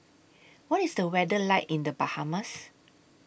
What IS The weather like in The Bahamas